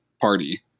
party